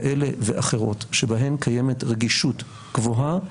כאלה ואחרות שבהן קיימת רגישות גבוהה,